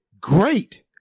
great